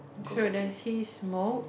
so you don't see smoke